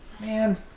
Man